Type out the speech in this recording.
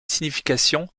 signification